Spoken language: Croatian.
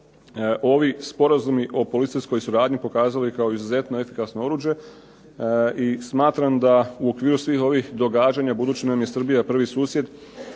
ovi sporazumi o policijskoj suradnji pokazali kao izuzetno efikasno oruđe i smatram da u okviru svih ovih događanja, budući nam je Srbija prvi susjed,